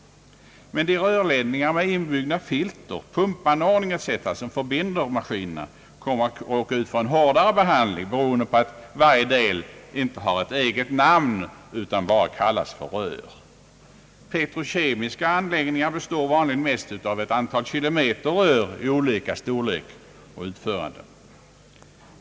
I rörledningarna inbyggda filter, pumpanordningar etc. kommer emellertid att råka ut för en hårdare behandling, beroende på att varje del inte har ett eget namn utan bara kallas för rör. Petrokemiska anläggningar består vanligen mest av ett antal kilometer rör i olika storlekar och utförande.